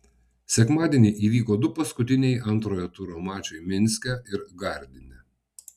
sekmadienį įvyko du paskutiniai antrojo turo mačai minske ir gardine